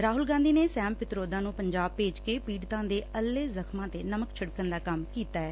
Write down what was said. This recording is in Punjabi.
ਰਾਹੁਲ ਗਾਧੀ ਨੇ ਸੈਮ ਪਿਤਰੋਦਾ ਨੂੰ ਪੰਜਾਬ ਭੇਜ ਕੇ ਪੀੜਤਾਂ ਦੇ ਅੱਲੇ ਜ਼ਖ਼ਮਾਂ ਤੇ ਨਮਕ ਛਿੜਕਣ ਦਾ ਕੰਮ ਕੀਤਾ ਐ